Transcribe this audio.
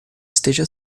esteja